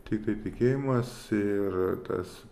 tiktai tikėjimas ir tas